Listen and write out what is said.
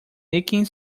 nicking